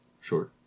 sure